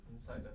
inside